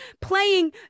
playing